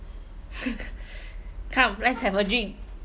come let's have a drink